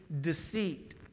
deceit